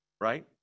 right